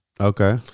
Okay